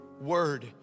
word